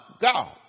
God